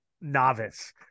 novice